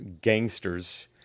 gangsters